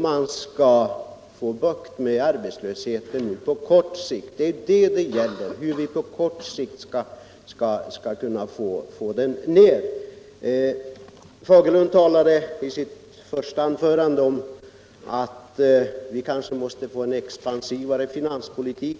Det är fel att åberopa statsfinansiella hänsyn då det gäller att få bukt med arbetslösheten på kort sikt. Herr Fagerlund nämnde i sitt första anförande att vi måste få en mer expansiv finanspolitik,